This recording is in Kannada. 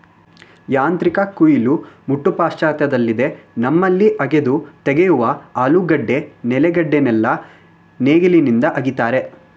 ಯಾಂತ್ರಿಕ ಕುಯಿಲು ಮುಟ್ಟು ಪಾಶ್ಚಾತ್ಯದಲ್ಲಿದೆ ನಮ್ಮಲ್ಲಿ ಅಗೆದು ತೆಗೆಯುವ ಆಲೂಗೆಡ್ಡೆ ನೆಲೆಗಡಲೆನ ನೇಗಿಲಿಂದ ಅಗಿತಾರೆ